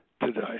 today